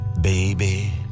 Baby